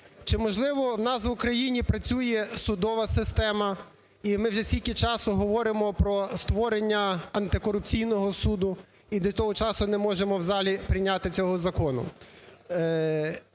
Чи, можливо, у нас в Україні працює судова система, і ми вже скільки часу говоримо про створення Антикорупційного суду і до того часу не можемо в залі прийняти цього закону?